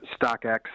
StockX